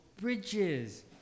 bridges